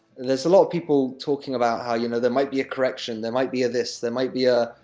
there's a lot of people talking about how, you know, there might be a correction there might be a this, there might be a.